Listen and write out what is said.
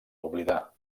oblidar